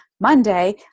Monday